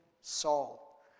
Saul